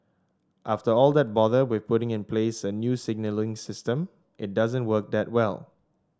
after all that bother with putting in place a new signalling system it doesn't work that well